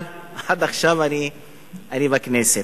אבל עכשיו אני בכנסת.